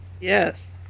Yes